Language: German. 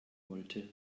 wollte